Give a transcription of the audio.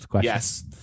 Yes